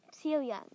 Celia